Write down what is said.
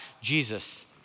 Jesus